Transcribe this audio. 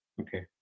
Okay